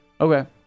Okay